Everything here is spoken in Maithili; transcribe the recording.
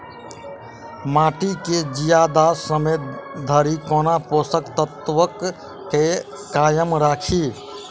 माटि केँ जियादा समय धरि कोना पोसक तत्वक केँ कायम राखि?